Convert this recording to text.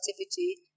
activity